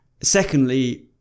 secondly